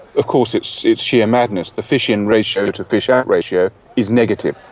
of course it's it's sheer madness. the fish-in ratio to the fish-out ratio is negative.